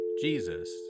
Jesus